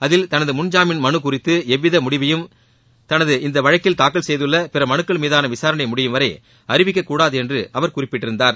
அதில் தனது முன்ஜாமீன் மனு குறித்து எந்தவித முடிவையும் தனது இந்த வழக்கில் தாக்கல் செய்துள்ள பிற மனுக்கள் மீதான விசாரணை முடியும் வரை அறிவிக்கக் கூடாது என்று அவர் குறிப்பிட்டிருந்தார்